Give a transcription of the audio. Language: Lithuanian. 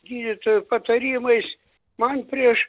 gydytojų patarimais man prieš